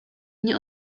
nie